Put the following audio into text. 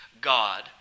God